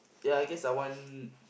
ya I guess I want